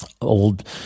old